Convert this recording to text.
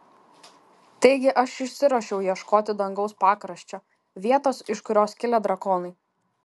taigi aš išsiruošiau ieškoti dangaus pakraščio vietos iš kurios kilę drakonai